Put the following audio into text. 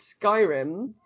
Skyrim